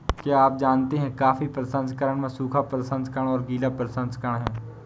क्या आप जानते है कॉफ़ी प्रसंस्करण में सूखा प्रसंस्करण और दूसरा गीला प्रसंस्करण है?